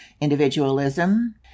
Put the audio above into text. individualism